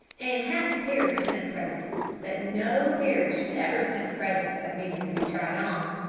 and half the parish sent presents. but no parish ever sent presents that needed to be tried on.